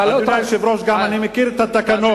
אדוני היושב-ראש, אני גם מכיר את התקנון.